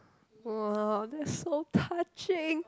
!wah! that's so touching